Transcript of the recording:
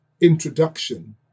introduction